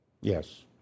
Yes